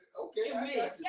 Okay